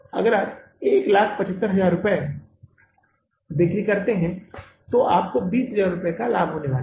अगर आप 175000 रुपये की बिक्री करते हैं तो आपको कितना फायदा होने वाला है